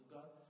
God